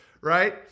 right